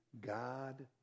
God